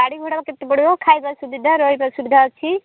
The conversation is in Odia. ଗାଡ଼ି ଭଡ଼ା କେତେ ପଡ଼ିବ ଖାଇବା ସୁବିଧା ରହିବା ସୁବିଧା ଅଛି